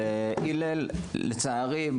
לצערי,